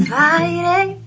Friday